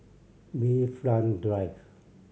Bayfront Drive